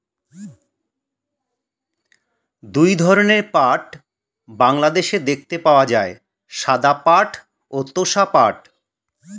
দুই ধরনের পাট বাংলাদেশে দেখতে পাওয়া যায়, সাদা পাট ও তোষা পাট